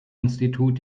institut